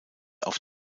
auf